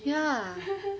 ya